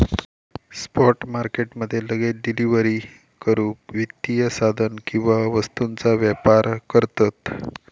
spot market मध्ये लगेच delivery करूक वित्तीय साधन किंवा वस्तूंचा व्यापार करतत